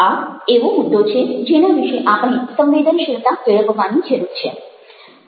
આ એવો મુદ્દો છે જેના વિશે આપણે સંવેદનશીલતા કેળવવાની જરૂર છે